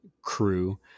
crew